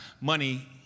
money